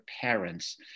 parents